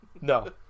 No